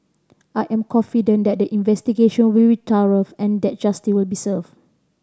I am confident that the investigation will be thorough and that justice will be served